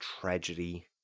tragedy